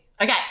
Okay